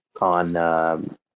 on, –